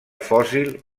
fòssil